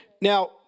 Now